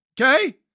Okay